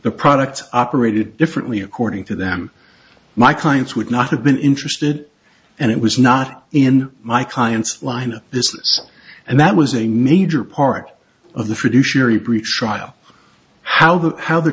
the products operated differently according to them my clients would not have been interested and it was not in my client's line of this and that was a major part of the produce yury brief trial how the how the